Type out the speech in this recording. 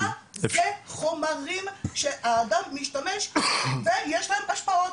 מה זה חומרים שהאדם משתמש ויש להם השפעות.